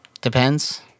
Depends